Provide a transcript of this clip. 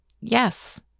yes